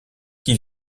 qui